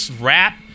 rap